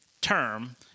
term